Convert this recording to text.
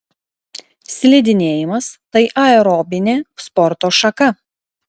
slidinėjimas tai aerobinė sporto šaka